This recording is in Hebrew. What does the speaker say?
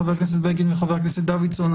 חבר הכנסת בגין וחבר הכנסת דוידסון,